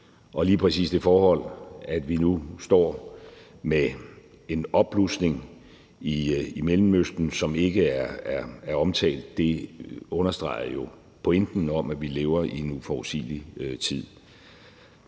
Lige præcis det forhold, at vi nu står med en opblusning i Mellemøsten, som ikke er omtalt, understreger jo pointen om, at vi lever i en uforudsigelig tid,